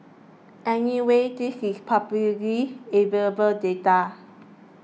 anyway this is publicly available data